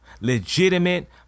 legitimate